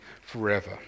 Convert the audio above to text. forever